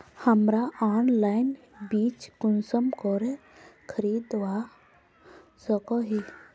हमरा ऑनलाइन बीज कुंसम करे खरीदवा सको ही?